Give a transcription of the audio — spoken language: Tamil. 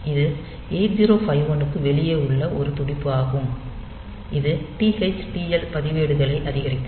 இது 8051 க்கு வெளியே உள்ள ஒரு துடிப்பு ஆகும் இது TH TL பதிவேடுகளை அதிகரிக்கும்